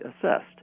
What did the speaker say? assessed